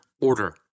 order